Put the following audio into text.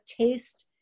taste